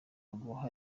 guha